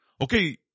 okay